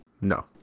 No